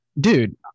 dude